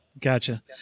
Gotcha